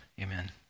amen